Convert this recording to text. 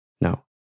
No